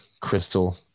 crystal